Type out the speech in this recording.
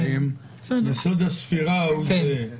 האם יסוד הספירה הוא זהה?